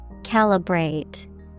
Calibrate